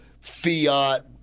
Fiat